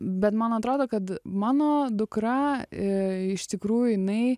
bet man atrodo kad mano dukra iš tikrųjų jinai